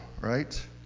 right